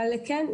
אבל לכן,